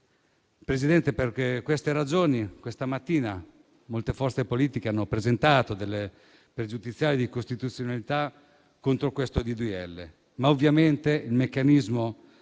Presidente, per queste ragioni questa mattina molte forze politiche hanno presentato delle pregiudiziali di costituzionalità contro questo disegno di legge, ma ovviamente il meccanismo